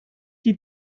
die